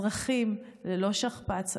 אזרחים ללא שכפ"ץ,